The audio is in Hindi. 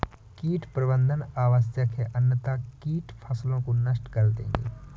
कीट प्रबंधन आवश्यक है अन्यथा कीट फसलों को नष्ट कर देंगे